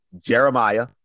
Jeremiah